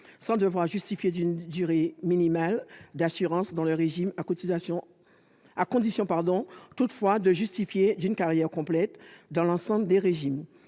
sans devoir justifier d'une durée minimale d'assurance dans le régime, à condition toutefois de justifier d'une carrière complète dans l'ensemble des régimes.